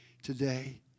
today